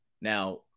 Now